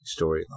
storyline